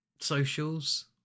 Socials